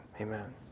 Amen